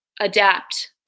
adapt